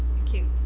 thank you.